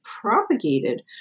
propagated